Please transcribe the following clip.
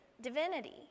divinity